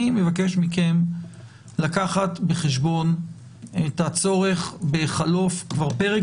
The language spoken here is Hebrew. אני מבקש מכם לקחת בחשבון את חלוף פרק